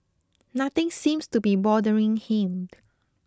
nothing seems to be bothering him